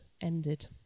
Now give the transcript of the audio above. ended